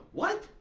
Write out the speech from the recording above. what?